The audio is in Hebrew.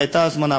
והייתה הזמנה,